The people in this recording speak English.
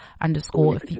Underscore